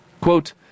Quote